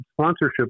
sponsorship